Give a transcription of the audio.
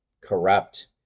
corrupt